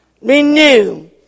Renew